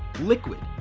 liquid,